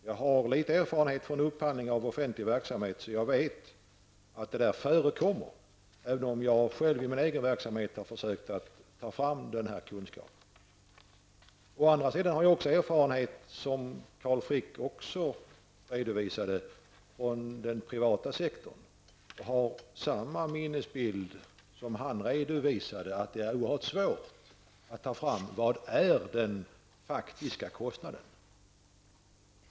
Jag har litet erfarenhet av upphandling i offentlig verksamhet, och jag vet att detta förekommer även om jag själv i min verksamhet har försökt att få sådan kunskap. Jag har å andra sidan erfarenhet från den privata sektorn, vilket Carl Frick också redovisade. Jag har samma minnesbild som han, nämligen att det är oerhört svårt att ta fram vad som är den faktiska kostnaden.